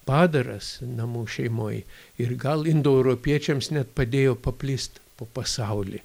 padaras namų šeimoj ir gal indoeuropiečiams net padėjo paplist po pasaulį